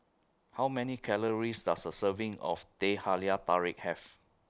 How Many Calories Does A Serving of Teh Halia Tarik Have